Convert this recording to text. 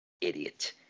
idiot